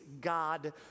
God